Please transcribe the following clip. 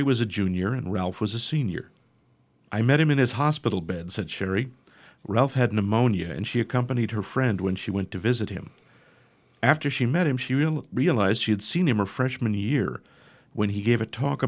cherie was a junior and ralph was a senior i met him in his hospital bed said sherry ralph had pneumonia and she accompanied her friend when she went to visit him after she met him she realized she had seen him her freshman year when he gave a talk